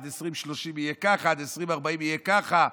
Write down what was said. עד 2039 יהיה ככה,